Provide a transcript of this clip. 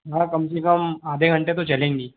हाँ कम से कम आधे घंटे तो चलेंगी